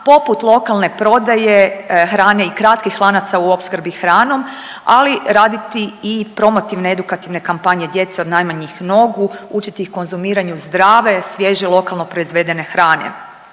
poput lokalne prodaje hrane i kratkih lanaca u opskrbi hranom, ali raditi i promotivne edukativne kampanje djece od najmanjih nogu, učiti ih konzumiranje zdrave, svježe, lokalno proizvedene hrane.